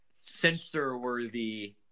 censor-worthy